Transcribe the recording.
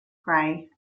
gray